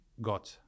God